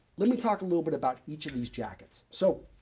let me talk a little bit about each of these jackets. so,